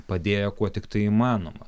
padėjo kuo tiktai įmanoma